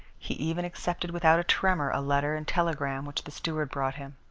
he even accepted without a tremor a letter and telegram which the steward brought him.